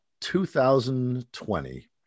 2020